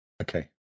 Okay